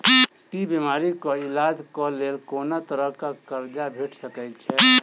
की बीमारी कऽ इलाज कऽ लेल कोनो तरह कऽ कर्जा भेट सकय छई?